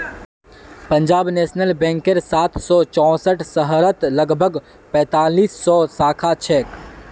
Punjab national बैंकेर सात सौ चौसठ शहरत लगभग पैंतालीस सौ शाखा छेक